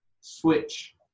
switch